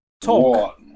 Talk